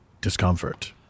discomfort